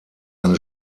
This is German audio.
eine